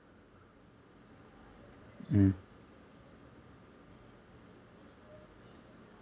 mm